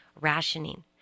rationing